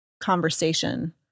conversation